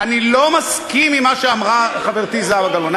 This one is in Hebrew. אני לא מסכים למה שאמרה חברתי זהבה גלאון.